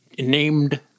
named